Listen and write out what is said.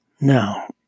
Now